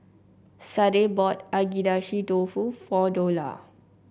Sade bought Agedashi Dofu for Dola